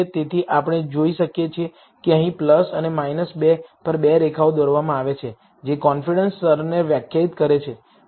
તેથી આપણે જોઈ શકીએ છીએ કે અહીં અને 2 પર બે રેખાઓ દોરવામાં આવી છે જે કોન્ફિડન્સ સ્તરને વ્યાખ્યાયિત કરે છે